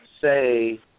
say